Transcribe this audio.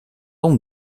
onde